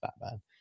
Batman